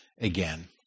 again